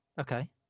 Okay